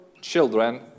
children